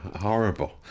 Horrible